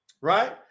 right